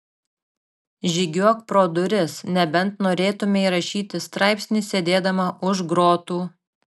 žygiuok pro duris nebent norėtumei rašyti straipsnį sėdėdama už grotų